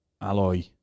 alloy